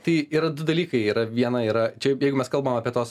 tai yra du dalykai yra viena yra čia jeigu mes kalbam apie tuos